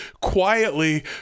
quietly